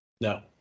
No